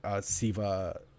Siva